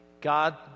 God